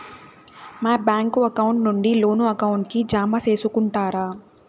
మా bank account నుండి loan account కి జామ సేసుకుంటారా?